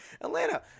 Atlanta